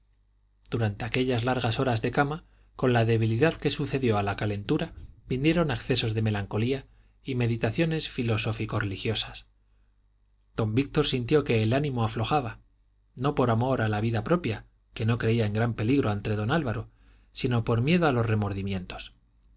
durante aquellas largas horas de cama con la debilidad que sucedió a la calentura vinieron accesos de melancolía y meditaciones filosófico religiosas don víctor sintió que el ánimo aflojaba no por amor a la vida propia que no creía en gran peligro ante don álvaro sino por miedo a los remordimientos